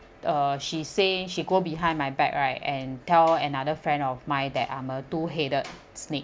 uh she say she go behind my back right and tell another friend of mine that I am a two headed snake